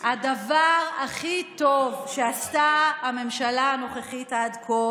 הדבר הכי טוב שעשתה הממשלה הנוכחית עד כה